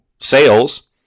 sales